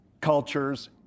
cultures